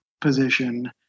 position